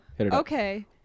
okay